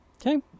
Okay